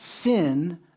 sin